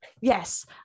Yes